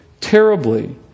terribly